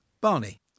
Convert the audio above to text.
Barney